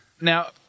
Now